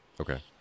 Okay